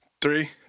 three